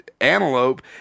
Antelope